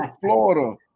Florida